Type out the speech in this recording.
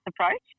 approach